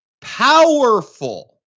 powerful